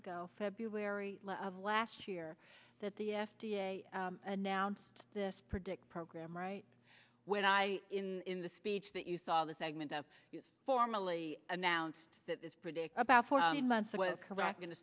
ago february of last year that the f d a announced this predict program right when i in the speech that you saw the segment of formally announced that is predict about four months with correct going to